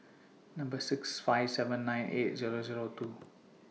Number six five seven nine eight Zero Zero two